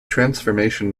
transformation